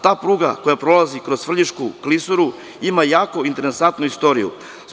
Ta pruga koja prolazi kroz Svrljišku klisuru ima jako interesantnu istoriju.